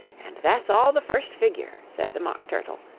and that's all the first figure said the mock turtle,